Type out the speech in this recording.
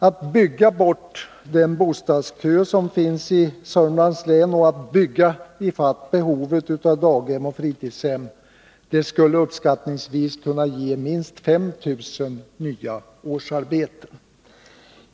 Att bygga bort den bostadskö som finns i Södermanlands län och att bygga ifatt behovet av daghem och fritidshem skulle uppskattningsvis kunna ge minst 5 000 nya årsarbeten.